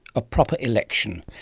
a proper election,